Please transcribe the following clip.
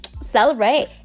Celebrate